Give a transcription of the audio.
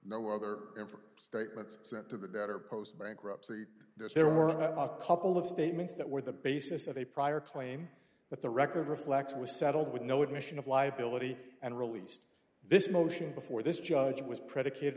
ever statements sent to the debtor post bankruptcy there were a couple of statements that were the basis of a prior claim that the record reflect was settled with no admission of liability and released this motion before this judge was predicated